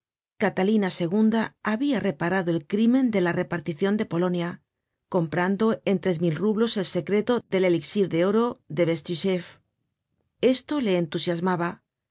catalina ii habia reparado el crimen de la reparticion de polonia comprando en tres mil rublos el secreto del elixir de oro á bestuchef esto le entusiasmaba